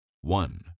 One